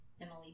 Emily